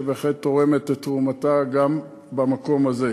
שבהחלט תורמת את תרומתה גם במקום הזה.